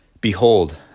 Behold